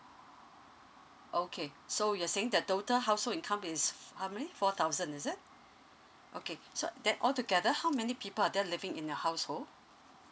okay so you're saying that total household income is how many four thousand is it okay so that altogether how many people are there living in your household